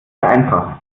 vereinfachen